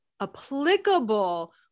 applicable